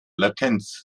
latenz